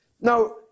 Now